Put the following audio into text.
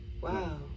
wow